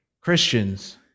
Christians